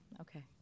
Okay